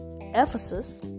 Ephesus